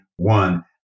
One